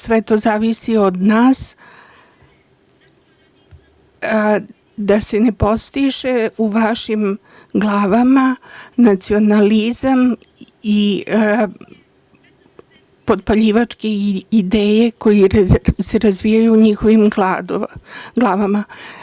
Sve to zavisi od nas, da se ne podstiče u našim glavama nacionalizam i potpaljivačke ideje koje se razvijaju u njihovim glavama.